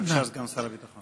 בבקשה, סגן שר הביטחון.